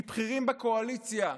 כי בכירים בקואליציה,